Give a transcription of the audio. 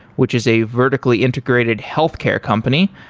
which is a vertically integrated healthcare company.